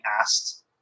asked